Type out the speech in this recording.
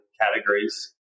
categories